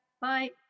Bye